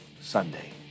Sunday